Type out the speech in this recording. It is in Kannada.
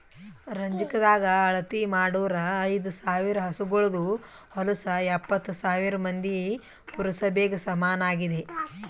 ರಂಜಕದಾಗ್ ಅಳತಿ ಮಾಡೂರ್ ಐದ ಸಾವಿರ್ ಹಸುಗೋಳದು ಹೊಲಸು ಎಪ್ಪತ್ತು ಸಾವಿರ್ ಮಂದಿಯ ಪುರಸಭೆಗ ಸಮನಾಗಿದೆ